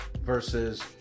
versus